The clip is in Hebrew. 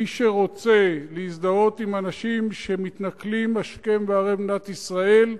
מי שרוצה להזדהות עם אנשים שמתנכלים השכם והערב למדינת ישראל,